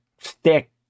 stick